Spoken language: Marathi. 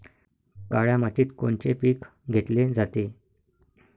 काळ्या मातीत कोनचे पिकं घेतले जाते?